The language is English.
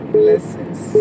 blessings